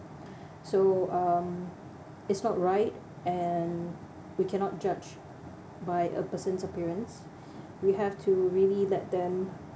so um it's not right and we cannot judge by a person's appearance we have to really let them um